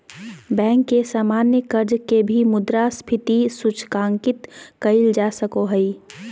bank के सामान्य कर्ज के भी मुद्रास्फीति सूचकांकित कइल जा सको हइ